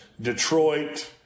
Detroit